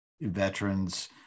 veterans